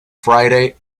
friday